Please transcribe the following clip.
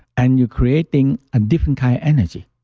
and you creating a different kind of energy